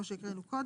כמו שהקראנו קודם.